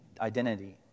identity